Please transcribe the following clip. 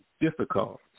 difficult